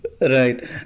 Right